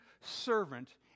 servant